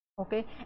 okay